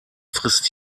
frisst